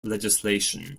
legislation